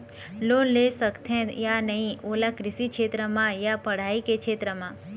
Loan ले सकथे या नहीं ओला कृषि क्षेत्र मा या पढ़ई के क्षेत्र मा?